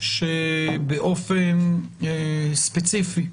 מהעובדה שבאופן ספציפי המדינה,